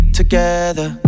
together